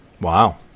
Wow